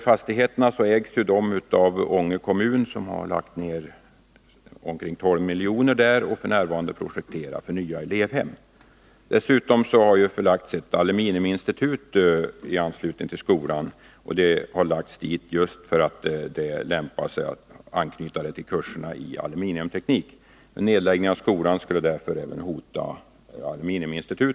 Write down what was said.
Fastigheterna ägs av Ånge kommun, som har lagt ned omkring 12 miljoner där och f.n. projekterar nya elevhem. Dessutom har det förlagts ett aluminiuminstitut i anslutning till skolan, just därför att det lämpar sig med en anknytning till kurserna i aluminiumteknik. En nedläggning av skolan skulle därför hota aluminiuminstitutet.